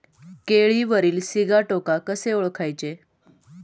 केळीवरील सिगाटोका कसे ओळखायचे?